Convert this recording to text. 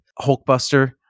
Hulkbuster